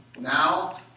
now